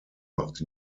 macht